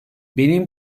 benim